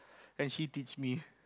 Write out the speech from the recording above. and she teach me